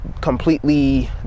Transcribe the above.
completely